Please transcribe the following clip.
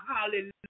Hallelujah